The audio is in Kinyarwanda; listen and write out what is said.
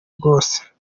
bwose